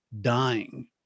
dying